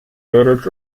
mädels